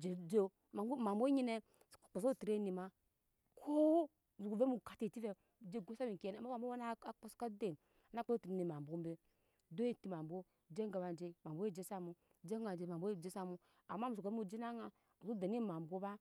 j ju emabwo emabwo nyine muso kpese otryning ma ko muso vɛ mu katɛ eti vɛ ju goi sama eŋke ne ema ma abɔ bɔ saka den kpo tryning amabwo be dok eti mabwo je gawaje mabwo we je sa mu je gawa je mabwo jeje sa mu ama muse vɛ mu jin aŋa muso dene emabwo ba